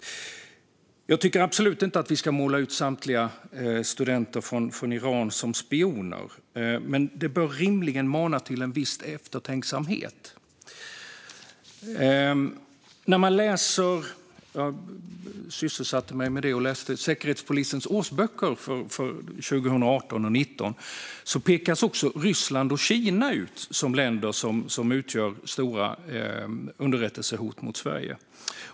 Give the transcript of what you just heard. Jag tycker absolut inte att vi ska måla ut samtliga studenter från Iran som spioner, men det bör rimligen mana till viss eftertänksamhet. Jag har sysselsatt mig med att läsa Säkerhetspolisens årsböcker för 2018 och 2019. Där pekas också Ryssland och Kina ut som länder som utgör stora underrättelsehot mot Sverige.